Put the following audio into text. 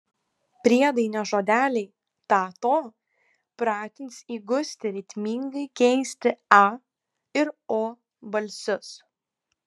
priedainio žodeliai ta to pratins įgusti ritmingai keisti a ir o balsius